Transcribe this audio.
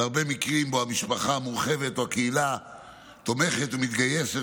ובהרבה מקרים המשפחה המורחבת או הקהילה תומכת ומתגייסת